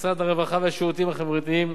משרד הרווחה והשירותים החברתיים,